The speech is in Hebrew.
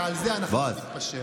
ועל זה אנחנו לא נתפשר.